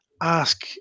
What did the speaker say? ask